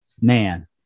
man